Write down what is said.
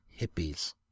hippies